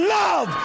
love